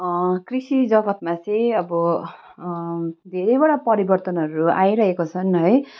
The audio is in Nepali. कृषि जगत्मा चाहिँ अब धेरैवटा परिवर्तनहरू आइरहेको छन् है